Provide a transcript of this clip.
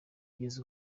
kugeza